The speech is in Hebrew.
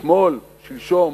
אתמול, שלשום,